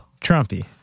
Trumpy